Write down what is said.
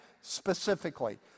specifically